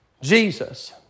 Jesus